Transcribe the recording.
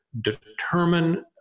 determine